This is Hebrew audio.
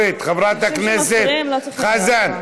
נורית, חברת הכנסת, חזן.